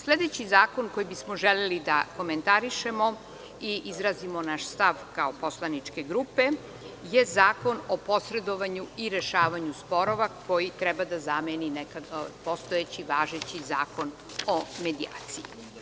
Sledeći zakon koji bismo želeli da komentarišemo i izrazimo naš stav poslaničke grupe je zakon o posredovanju i rešavanju sporova koji treba da zameni postojeći važeći Zakon o medijaciji.